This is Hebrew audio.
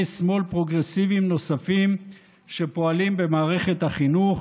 שמאל פרוגרסיביים נוספים שפועלים במערכת החינוך,